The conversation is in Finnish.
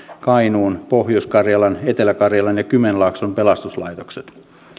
kainuun pohjois karjalan etelä karjalan ja kymenlaakson pelastuslaitokset